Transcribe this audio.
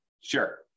Sure